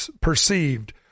perceived